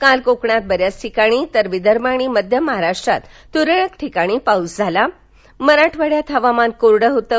काल कोकणात बऱ्याच ठिकाणी तर विदर्भ आणि मध्यमहाराष्ट्रात तुरळक ठिकाणी पाऊस झाला मराठवाड्यात हवामान कोरंड होतं